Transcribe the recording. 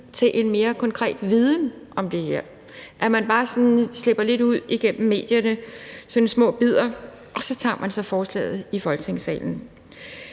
få en mere konkret viden om det her. Man lader det bare slippe ud igennem medierne i små bidder, og så tager man så forslaget i Folketingssalen.